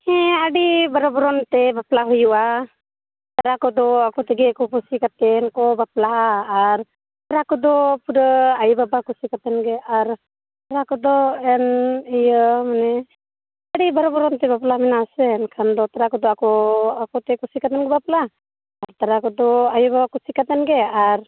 ᱦᱮᱸ ᱟᱹᱰᱤ ᱵᱟᱦᱟ ᱵᱚᱨᱚᱱ ᱛᱮ ᱵᱟᱯᱞᱟ ᱦᱩᱭᱩᱜᱼᱟ ᱛᱟᱨᱟ ᱠᱚᱫᱚ ᱟᱠᱚᱛᱮᱜᱮ ᱠᱚ ᱠᱩᱥᱤᱠᱟᱛᱮᱞᱠᱚ ᱵᱟᱯᱞᱟᱜᱼᱟ ᱟᱨ ᱛᱟᱨᱟ ᱠᱚᱫᱚ ᱯᱩᱨᱟᱹ ᱟᱭᱳ ᱵᱟᱵᱟ ᱠᱩᱥᱤ ᱠᱟᱛᱮᱱᱜᱮ ᱟᱨ ᱛᱟᱨᱟ ᱠᱚᱫᱚ ᱮᱱ ᱤᱭᱟᱹ ᱟᱹᱰᱤ ᱵᱟᱦᱟ ᱵᱚᱨᱚᱱ ᱛᱮ ᱵᱟᱯᱞᱟ ᱢᱮᱱᱟᱜᱼᱟ ᱥᱮ ᱮᱱᱠᱷᱟᱱ ᱵᱟᱯᱞᱟ ᱠᱚᱫᱚ ᱟᱠᱚ ᱟᱠᱚ ᱛᱮᱜᱮ ᱠᱩᱥᱤ ᱠᱟᱛᱮᱱ ᱠᱚ ᱵᱟᱯᱞᱟᱜᱼᱟ ᱛᱟᱨᱟ ᱠᱚᱫᱚ ᱟᱭᱳ ᱵᱟᱵᱟ ᱠᱩᱥᱤ ᱠᱟᱛᱮᱱᱜᱮ ᱟᱨ